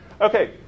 Okay